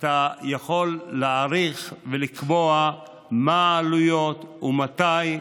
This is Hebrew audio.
אתה יכול להעריך ולקבוע מה העלויות ומתי,